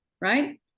right